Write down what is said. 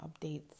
updates